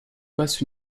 passe